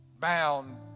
bound